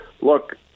look